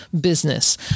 business